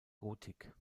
gotik